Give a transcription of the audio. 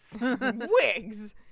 Wigs